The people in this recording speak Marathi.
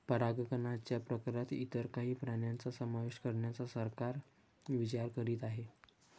परागकणच्या प्रकारात इतर काही प्राण्यांचा समावेश करण्याचा सरकार विचार करीत आहे